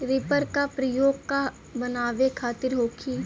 Reaper का प्रयोग का बनावे खातिन होखि?